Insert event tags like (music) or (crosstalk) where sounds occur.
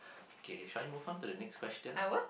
(breath) okay shall I move on to the next question